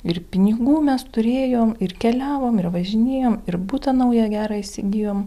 ir pinigų mes turėjom ir keliavom ir važinėjom ir butą naują gerą įsigijom